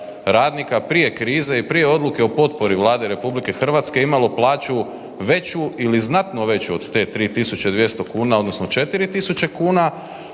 radnika prije krize i prije odluke o potpori Vlade RH imalo plaću veću ili znatno veću od te 3.200 kuna odnosno 4.000 kuna